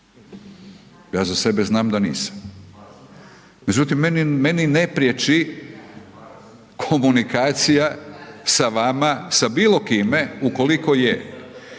Ja za sebe znam da nisam. Međutim, meni ne priječi komunikacija sa vama, sa bilo kime, ukoliko je.